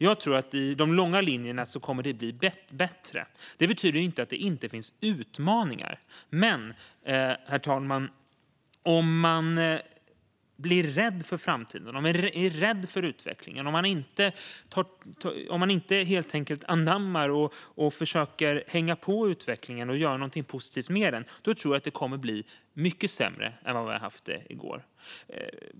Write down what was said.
Jag tror dock att det längs de långa linjerna kommer att bli bättre. Det betyder inte att det inte finns utmaningar, herr talman, men om man blir rädd för framtiden och rädd för utvecklingen - om man helt enkelt inte anammar utvecklingen och försöker hänga med i den och göra någonting med den - tror jag att det kommer att bli mycket sämre än i går.